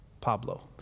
Pablo